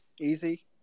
Easy